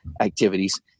activities